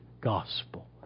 gospel